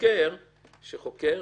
שהחוקר כשהוא חוקר,